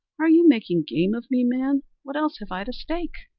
are you making game of me, man what else have i to stake?